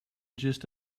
gist